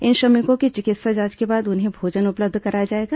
इन श्रमिकों की चिकित्सा जांच के बाद उन्हें भोजन उपलब्ध कराया जाएगा